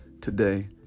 today